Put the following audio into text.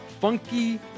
Funky